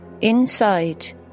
Inside